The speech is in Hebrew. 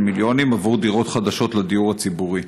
מיליונים עבור דירות חדשות לדיור הציבורי,